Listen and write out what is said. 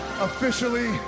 officially